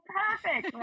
perfect